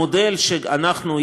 המודל שאנחנו,